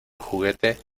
juguete